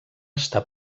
està